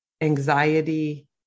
anxiety